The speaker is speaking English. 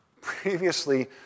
previously